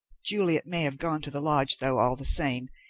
juliet may have gone to the lodge though, all the same,